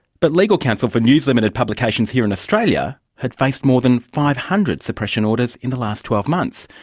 but legal counsel for news limited publications here in australia had faced more than five hundred suppression orders in the last twelve months,